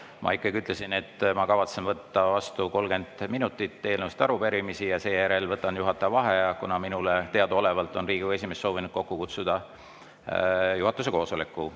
et ma ütlesin, et ma kavatsen võtta vastu 30 minutit eelnõusid ja arupärimisi ja seejärel võtan juhataja vaheaja, kuna minule teadaolevalt on Riigikogu esimees soovinud kokku kutsuda juhatuse koosoleku.